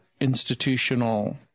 institutional